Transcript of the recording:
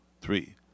three